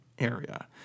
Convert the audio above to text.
area